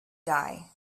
die